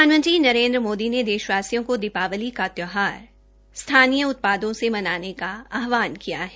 प्रधानमंत्री नरेन्द्र मोदी ने देशवासियों को दीपावली का त्यौहार स्थानीय उत्पादों से मनाने का आहवान किया है